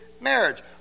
marriage